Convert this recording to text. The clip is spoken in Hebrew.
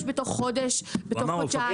יש בתוך חודש, בתוך חודשיים.